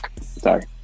Sorry